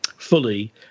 Fully